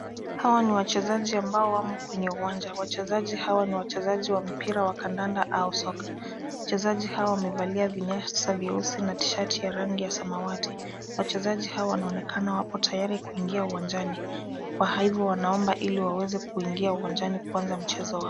Hawa ni wachezaji ambao wako kwenye uwanja . Wachezaji hawa ni wachezaji wa mpira wa kandanda au soka. Wachezaji hawa wamevalia vinyasa vyeusi na shati ya rangi ya samawati. Wachezaji hawa wanaonekana wako tayari kuingia uwanjani. Kwa hivyo wanaomba ili waweze kuingia uwanjani kuanza mchezo wao.